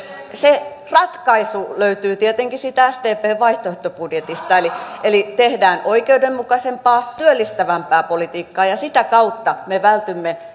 se ratkaisu löytyy tietenkin siitä sdpn vaihtoehtobudjetista eli eli tehdään oikeudenmukaisempaa työllistävämpää politiikkaa ja sitä kautta me vältymme